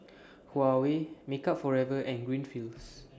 Huawei Makeup Forever and Greenfields